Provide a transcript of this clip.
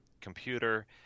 computer